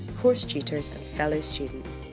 course tutors and fellow students.